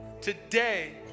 today